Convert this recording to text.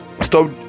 Stop